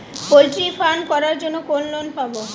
Poultry farm করার জন্য কোন লোন পাব?